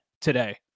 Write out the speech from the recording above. today